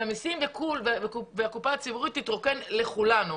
מיסים והקופה הציבורית תתרוקן לכולנו.